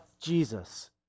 Jesus